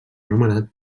nomenat